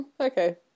okay